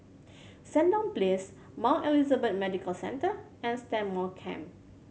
Sandown Place Mount Elizabeth Medical Centre and Stagmont Camp